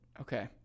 Okay